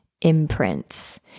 imprints